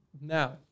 Now